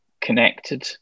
connected